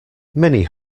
many